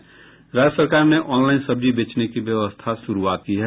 लेकिन राज्य सरकार ने ऑनलाईन सब्जी बेचने की व्यवस्था की शुरूआत की है